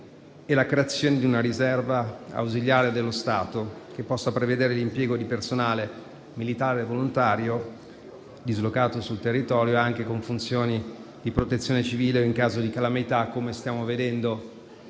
e la creazione di una riserva ausiliare dello Stato, che possa prevedere l'impiego di personale militare volontario dislocato sul territorio anche con funzioni di protezione civile in caso di calamità, come stiamo vedendo